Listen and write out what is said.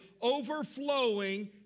overflowing